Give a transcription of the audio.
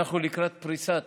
שאנחנו לקראת פריסת